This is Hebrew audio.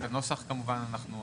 את הנוסח כמובן אנחנו.